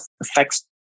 affects